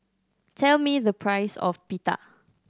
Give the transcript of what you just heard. tell me the price of Pita